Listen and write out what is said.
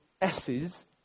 S's